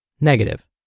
Negative